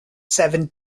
seven